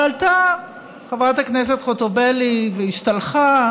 אבל עלתה חברת הכנסת חוטובלי והשתלחה.